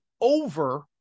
over